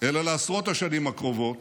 אלא לעשרות השנים הקרובות,